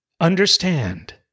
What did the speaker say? understand